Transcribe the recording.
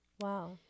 Wow